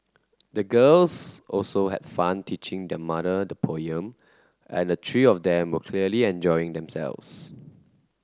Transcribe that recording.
the girls also had fun teaching their mother the poem and the three of them were clearly enjoying themselves